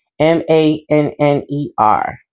M-A-N-N-E-R